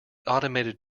automated